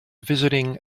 visiting